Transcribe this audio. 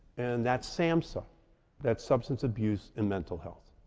and that's samhsa that's substance abuse and mental health.